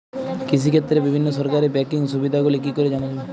কৃষিক্ষেত্রে বিভিন্ন সরকারি ব্যকিং সুবিধাগুলি কি করে জানা যাবে?